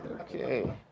Okay